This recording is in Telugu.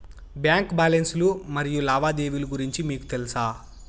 బ్యాంకు బ్యాలెన్స్ లు మరియు లావాదేవీలు గురించి మీకు తెల్సా?